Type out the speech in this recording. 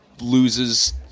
loses